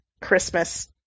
Christmas